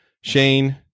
shane